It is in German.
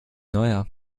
neuer